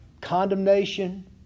condemnation